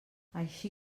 així